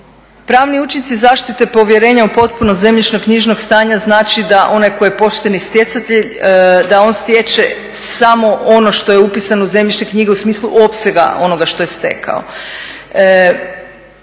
Pravni učinci zaštite povjerenja u potpunost zemljišno-knjižnog stanja znači da onaj koji je pošteni stjecatelj da on stječe samo ono što je upisano u zemljišne knjige u smislu opsega onoga što je stekao.